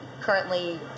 currently